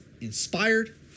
inspired